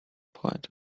point